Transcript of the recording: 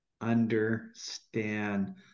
understand